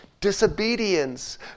Disobedience